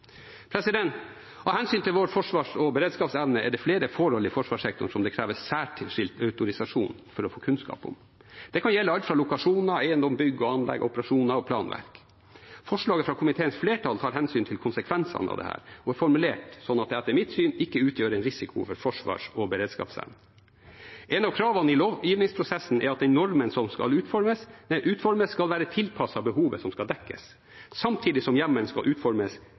Av hensyn til vår forsvars- og beredskapsevne er det flere forhold i forsvarssektoren som det kreves særskilt autorisasjon for å få kunnskap om. Det kan gjelde alt fra lokasjoner, eiendom, bygg og anlegg til operasjoner og planverk. Forslaget fra komiteens flertall tar hensyn til konsekvensene av dette og er formulert sånn at det etter mitt syn ikke utgjør en risiko for forsvars- og beredskapsevnen. Et av kravene i lovgivningsprosessen er at den normen som skal utformes, skal være tilpasset behovet som skal dekkes, samtidig som hjemmelen som utformes,